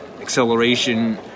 acceleration